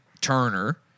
Turner